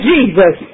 Jesus